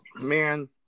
man